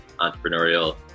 entrepreneurial